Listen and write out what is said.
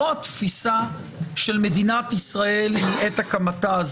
זו התפיסה של מדינת ישראל מעת הקמתה,